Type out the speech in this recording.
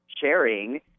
sharing